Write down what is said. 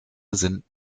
sind